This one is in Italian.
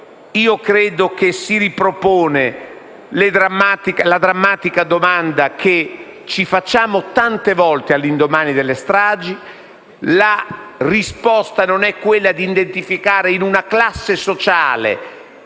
io credo che si ripropone la drammatica domanda che ci facciamo tante volte all'indomani delle stragi. La risposta non è quella di identificare in una classe sociale